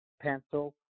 pencil